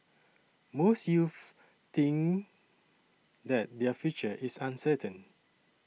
most youths think that their future is uncertain